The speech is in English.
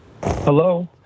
Hello